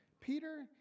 Peter